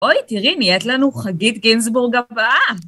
אוי, תראי, נהיית לנו חגית גינסבורג הבאה!